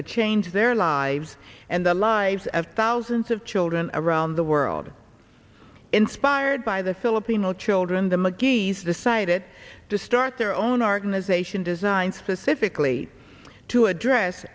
would change their lives and the lives of thousands of children around the world inspired by the filipino children the mcgees decided to start their own organization designed specifically to address